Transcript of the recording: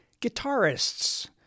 guitarists